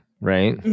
right